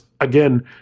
again